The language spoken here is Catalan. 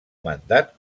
mandat